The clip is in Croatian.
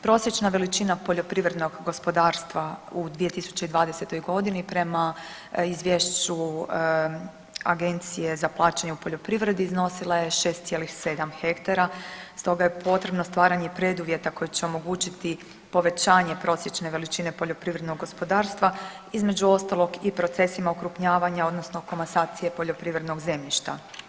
Prosječna veličina poljoprivrednog gospodarstva u 2020. godini prema Izvješću Agencije za plaćanje u poljoprivredi iznosila je 6,7 ha, stoga je potrebno stvaranje preduvjeta koji će omogućiti povećanje prosječne veličine poljoprivrednog gospodarstva između ostalog i procesima okrupnjavanja, odnosno komasacije poljoprivrednog zemljišta.